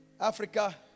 Africa